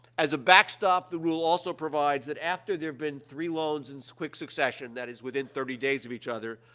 as a backstop, the rule also provides that after there have been three loans in quick succession, that is within thirty days of each other,